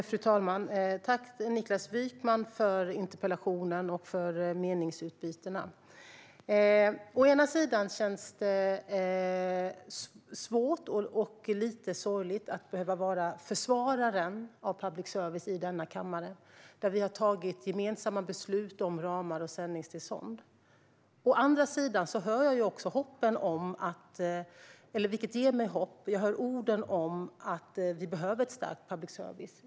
Fru talman! Tack, Niklas Wykman, för interpellationen och för meningsutbytena! Å ena sidan känns det svårt och lite sorgligt att behöva vara försvararen av public service i denna kammare där vi har tagit gemensamma beslut om ramar och sändningstillstånd. Å andra sidan hör jag orden om att vi behöver en stark public service, vilket ger mig hopp.